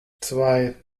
zwei